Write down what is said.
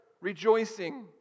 rejoicing